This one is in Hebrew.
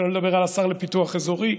שלא לדבר על השר לפיתוח אזורי,